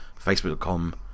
facebook.com